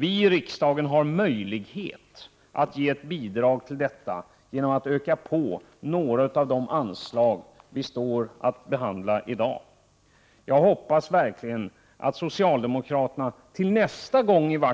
Vi har i riksdagen möjlighet att ge ett bidrag till detta genom att öka några av de anslag vi står i begrepp att behandla i dag. Jag hoppas verkligen att socialdemokraterna i vart